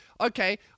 okay